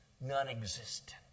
nonexistent